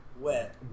wet